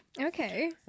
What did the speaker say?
Okay